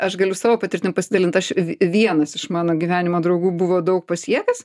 aš galiu savo patirtim pasidalint aš vie vienas iš mano gyvenimo draugų buvo daug pasiekęs